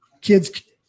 kids